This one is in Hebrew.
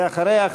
ואחריה,